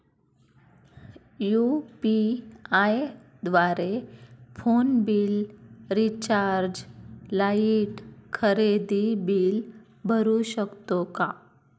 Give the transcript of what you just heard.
UPI द्वारे phone bill, recharge, light, खरेदी bill भरू शकतो का?